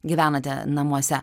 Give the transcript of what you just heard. gyvenate namuose